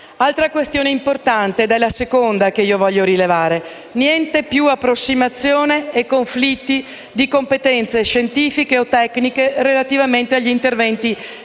un’altra questione importante ed è la seconda che voglio rilevare: niente più approssimazione e conflitti di competenze scientifiche o tecniche relativamente agli interventi